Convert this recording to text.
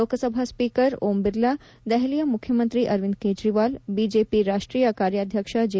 Lok Sabha speaker Om Birla ದೆಹಲಿಯ ಮುಖ್ಯಮಂತ್ರಿ Arvind Kejriwal BJP ರಾಷ್ವೀಯ ಕಾರ್ಯಾಧ್ಯಕ್ಷ ಜಿ